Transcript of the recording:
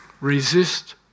resist